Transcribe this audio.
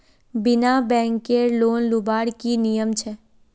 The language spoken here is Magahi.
बिना बैंकेर लोन लुबार की नियम छे?